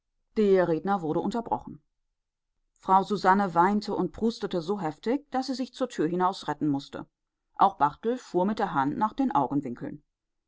der redner wurde unterbrochen frau susanne weinte und prustete so heftig daß sie sich zur tür hinaus retten mußte auch barthel fuhr mit der hand nach den augenwinkeln